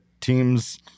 teams